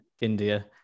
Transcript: India